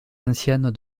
anciennes